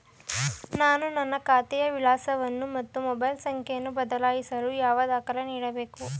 ನಾನು ನನ್ನ ಖಾತೆಯ ವಿಳಾಸವನ್ನು ಮತ್ತು ಮೊಬೈಲ್ ಸಂಖ್ಯೆಯನ್ನು ಬದಲಾಯಿಸಲು ಯಾವ ದಾಖಲೆ ನೀಡಬೇಕು?